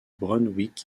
brunswick